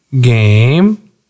Game